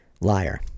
liar